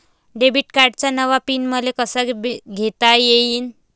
Debit कार्डचा नवा PIN मले कसा घेता येईन?